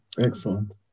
Excellent